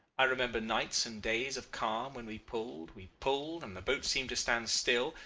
i remember nights and days of calm when we pulled, we pulled, and the boat seemed to stand still,